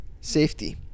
safety